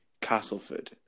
Castleford